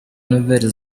nouvelle